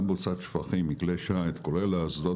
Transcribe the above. גם בוצת שפכים מכלי שיט כולל האסדות,